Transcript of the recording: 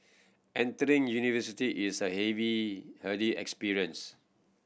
entering university is a heavy heady experience